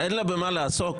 אין לה במה לעסוק?